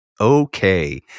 Okay